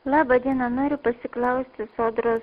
laba diena noriu pasiklausti sodros